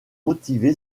motivé